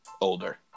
older